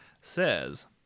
says